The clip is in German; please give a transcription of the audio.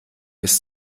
bis